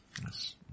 Yes